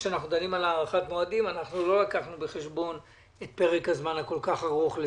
כשדנו על הארכת מועדים לא לקחנו בחשבון את פרק הזמן הכל כך ארוך של